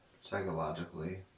psychologically